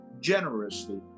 generously